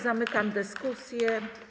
Zamykam dyskusję.